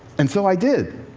and so i did.